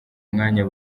mwanya